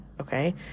Okay